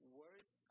words